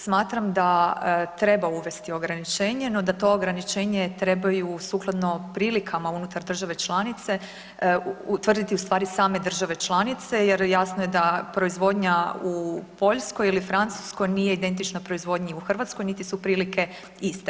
Smatram da treba uvesti ograničenje, no da to ograničenje trebaju sukladno prilikama unutar države članice utvrditi u stvari same države članice, jer jasno je da proizvodnja u Poljskoj ili Francuskoj nije identična proizvodnji u Hrvatskoj, niti su prilike iste.